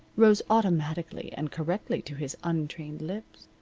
rose automatically and correctly to his untrained lips.